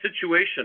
situation